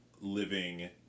living